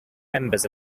members